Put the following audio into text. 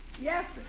Yes